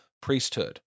priesthood